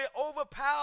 overpower